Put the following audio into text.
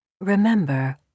Remember